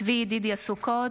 צבי ידידיה סוכות,